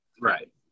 right